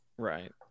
Right